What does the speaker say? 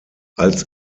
als